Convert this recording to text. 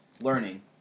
learning